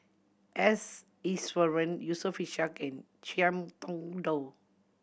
S Iswaran Yusof Ishak and Ngiam Tong Dow